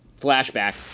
flashback